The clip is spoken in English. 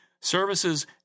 services